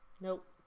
Nope